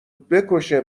بکشه